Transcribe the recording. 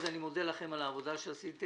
המוסדות אושרו.